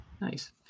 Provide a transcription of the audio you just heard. Nice